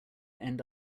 end